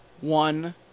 one